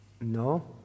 No